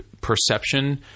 perception